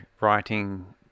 writing